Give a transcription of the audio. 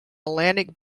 atlantic